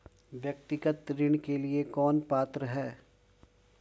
व्यक्तिगत ऋण के लिए कौन पात्र है?